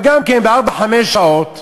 אבל גם כן, בארבע-חמש שעות